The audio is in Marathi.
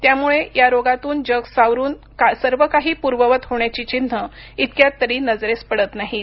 त्यामुळे या रोगातून जग सावरुन सर्वकाही पूर्ववत होण्याची चिन्हे इतक्यात तरी नजरेस पडत नाहीत